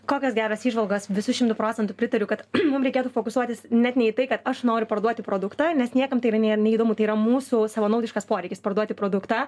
kokios geros įžvalgos visu šimtu procentų pritariu kad mum reikėtų fokusuotis net ne į tai kad aš noriu parduoti produktą nes niekam tai yra ne neįdomu tai yra mūsų savanaudiškas poreikis parduoti produktą